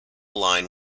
line